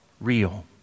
real